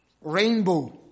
Rainbow